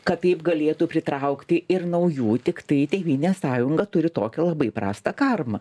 kad taip galėtų pritraukti ir naujų tiktai tėvynės sąjunga turi tokią labai prastą karmą